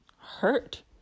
hurt